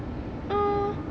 ah